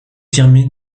fermer